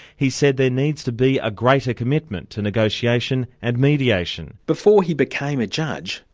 he said there needs to be a greater commitment to negotiation and mediation. before he became a judge,